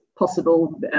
Possible